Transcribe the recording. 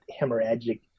hemorrhagic